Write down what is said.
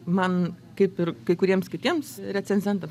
man kaip ir kai kuriems kitiems recenzentams